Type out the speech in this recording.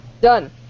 Done